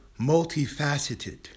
multifaceted